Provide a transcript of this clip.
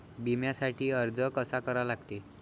बिम्यासाठी अर्ज कसा करा लागते?